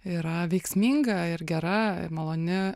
yra veiksminga ir gera ir maloni